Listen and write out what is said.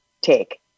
take